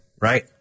right